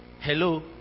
Hello